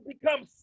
become